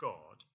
God